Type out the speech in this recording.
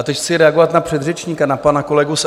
Teď chci reagovat na předřečníka, na pana kolegu z SPD.